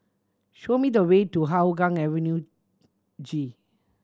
show me the way to Hougang Avenue G